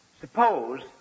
Suppose